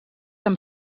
amb